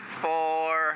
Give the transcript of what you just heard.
four